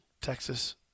Texas